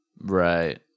Right